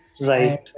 right